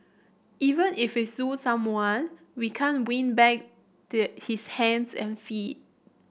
even if we sue someone we can't win back his hands and feet